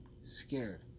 scared